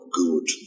good